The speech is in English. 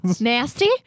Nasty